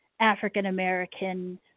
African-American